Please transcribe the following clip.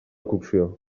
cocció